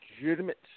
legitimate